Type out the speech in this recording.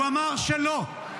הוא אמר שלא.